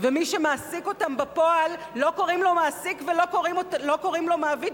ומי שמעסיק אותם בפועל לא קוראים לו "מעסיק" ולא קוראים לו "מעביד",